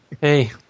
Hey